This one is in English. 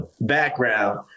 background